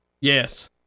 Yes